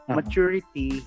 maturity